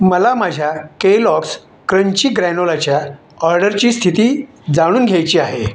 मला माझ्या Kellogg's crunchy ग्रॅनोलाच्या ऑर्डरची स्थिती जाणून घ्यायची आहे